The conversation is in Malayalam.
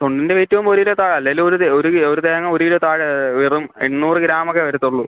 തൊണ്ടിന്റെ വെയ്റ്റും ഒരു കിലോ താ അല്ലെങ്കിൽ ഒര് ഇത് ഒര് ക് ഒരു തേങ്ങ ഒരു കിലോ താഴെ വെറും എണ്ണൂറ് ഗ്രാമൊക്കെ വരത്തൊള്ളൂ